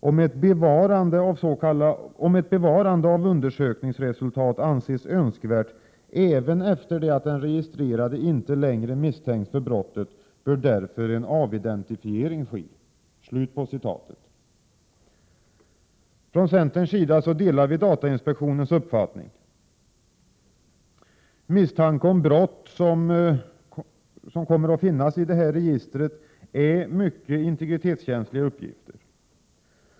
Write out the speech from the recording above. Om ett bevarande av undersökningsresultat anses önskvärt även efter det att den registrerade inte längre misstänks för brott, bör därför en avidentifiering ske.” Från centerns sida delar vi datainspektionens uppfattning. Misstanke om brott, som kommer att finnas i detta register, är en mycket integritetskänslig uppgift.